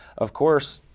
of course,